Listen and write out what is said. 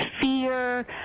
fear